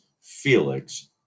Felix